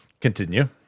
Continue